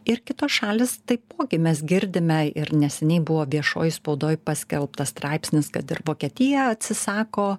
ir kitos šalys taipogi mes girdime ir neseniai buvo viešoj spaudoj paskelbtas straipsnis kad ir vokietija atsisako